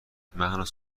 مهناز